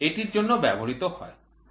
এটির জন্য ব্যবহৃত হয়